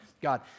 God